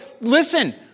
Listen